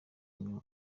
nk’imwe